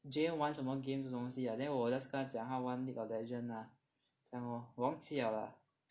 like Jayen 玩什么 game 这种东西 lah then 我 just 跟他讲他玩 League of Legend lah 这样 lor 我忘记 liao lah